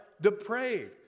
depraved